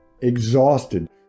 exhausted